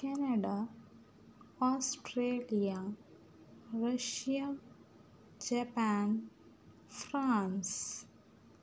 Canada Australia Russia Japan France